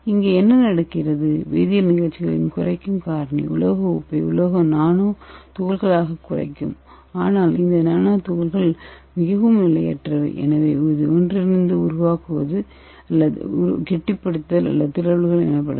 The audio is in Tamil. இங்கே என்ன நடக்கிறது வேதியல் நிகழ்ச்சிகளின் குறைக்கும் காரணி உலோக உப்பை உலோக நானோ துகள்களாகக் குறைக்கும் ஆனால் இந்த உலோக நானோ துகள்கள் மிகவும் நிலையற்றவை எனவே இது ஒன்றிணைந்து உருவாகுவது கெட்டிப்படுத்துதல் அல்லது திரள்வுகள் எனப்படும்